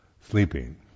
sleeping